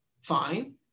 Fine